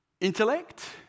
intellect